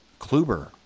Kluber